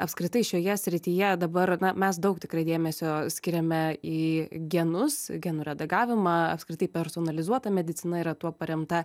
apskritai šioje srityje dabar na mes daug tikrai dėmesio skiriame į genus genų redagavimą apskritai personalizuota medicina yra tuo paremta